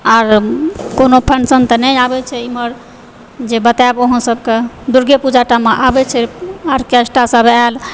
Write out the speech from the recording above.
आर कोनो फंक्शन तऽ नहि आबैत छै इम्हर जे बतायब अहाँ सभके दुर्गापूजामे आबैत छै आर्केस्ट्रासभ आयल